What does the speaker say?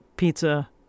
pizza